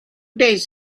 days